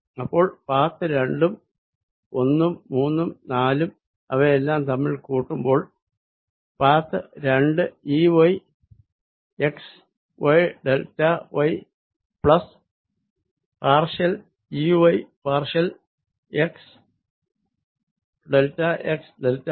അപ്പോൾ പാത്ത് രണ്ടും ഒന്നും മൂന്നും നാലും അവയെല്ലാം തമ്മിൽ കൂടുമ്പോൾ പാത്ത് രണ്ട് E y x y delta y plus partial E y partial x delta x delta Y